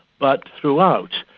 but throughout.